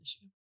issue